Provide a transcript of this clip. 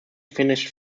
finished